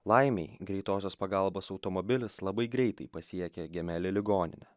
laimei greitosios pagalbos automobilis labai greitai pasiekė gemeli ligoninę